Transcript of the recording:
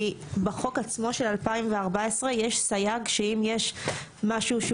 כי בחוק עצמו של 2014 יש סייג שאם יש משהו שהוא